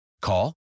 Call